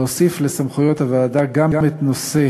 להוסיף לסמכויות הוועדה גם את נושא